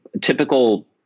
typical